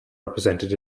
represented